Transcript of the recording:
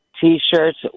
t-shirts